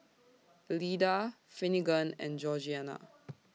Elida Finnegan and Georgiana